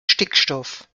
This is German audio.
stickstoff